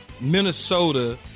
Minnesota